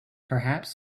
perhaps